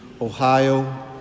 Ohio